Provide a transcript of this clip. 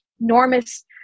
enormous